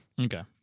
Okay